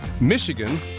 Michigan